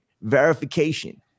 verification